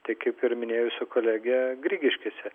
tai kaip ir minėjo jūsų kolegė grigiškėse